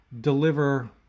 deliver